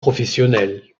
professionnel